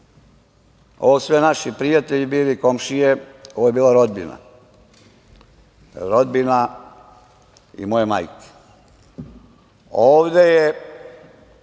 sve bili naši prijatelji, komšije, ovo je bila rodbina. Rodbina i moja majka. Ovde je